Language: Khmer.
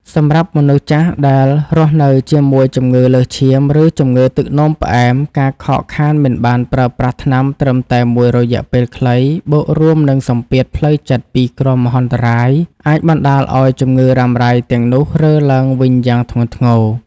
សម្រាប់មនុស្សចាស់ដែលរស់នៅជាមួយជំងឺលើសឈាម ឬជំងឺទឹកនោមផ្អែម ការខកខានមិនបានប្រើប្រាស់ថ្នាំត្រឹមតែមួយរយៈពេលខ្លី បូករួមនឹងសម្ពាធផ្លូវចិត្តពីគ្រោះមហន្តរាយ អាចបណ្តាលឱ្យជំងឺរ៉ាំរ៉ៃទាំងនោះរើឡើងវិញយ៉ាងធ្ងន់ធ្ងរ។